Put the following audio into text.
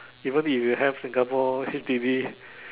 even if you have Singapore H_D_B